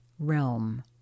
realm